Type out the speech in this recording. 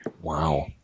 Wow